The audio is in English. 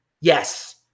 Yes